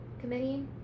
committee